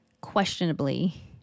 questionably